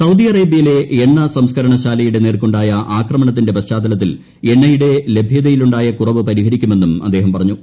Saudi അറേബൃയിലെ എണ്ണ സംസ്ക്കരണശാലയുടെ നേർക്കുണ്ടായ ആക്രമണത്തിന്റെ പശ്ചാത്തലത്തിൽ എണ്ണയുടെ ലഭ്യതയിലുണ്ടായ കുറവ് പരിഹരിക്കുമെന്നും അദ്ദേഹം പറഞ്ഞു